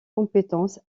compétences